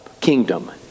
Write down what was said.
kingdom